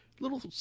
Little